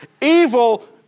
Evil